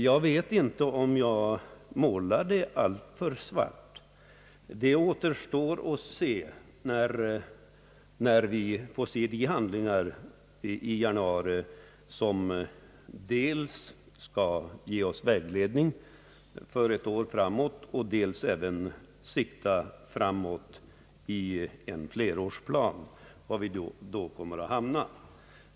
Jag vet inte om jag målade det hela alltför svart — det återstår att se när vi får ta del av de handlingar i januari, som dels skall ge oss vägledning för ett år framåt och dels även siktar framåt i form av en flerårsplan, så att vi kan se var vi så småningom kommer att hamna.